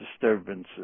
disturbances